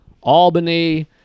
Albany